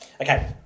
okay